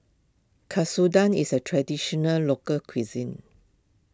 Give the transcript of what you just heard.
Katsudon is a Traditional Local Cuisine